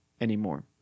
anymore